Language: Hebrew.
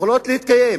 יכולות להתקיים,